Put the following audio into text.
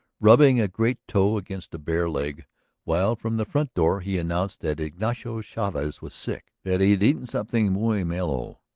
rubbing a great toe against a bare leg while from the front door he announced that ignacio chavez was sick, that he had eaten something muy malo,